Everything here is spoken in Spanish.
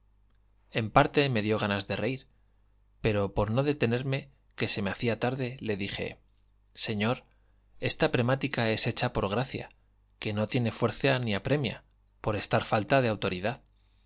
en parte me dio gana de reír pero por no detenerme que se me hacía tarde le dije señor esta premática es hecha por gracia que no tiene fuerza ni apremia por estar falta de autoridad